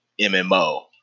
MMO